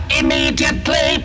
immediately